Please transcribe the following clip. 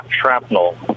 shrapnel